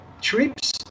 trips